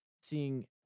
seeing